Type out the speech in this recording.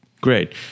great